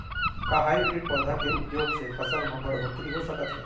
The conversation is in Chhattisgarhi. का हाइब्रिड पौधा के उपयोग से फसल म बढ़होत्तरी हो सकत हे?